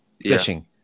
fishing